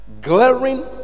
glaring